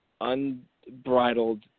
unbridled